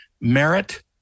merit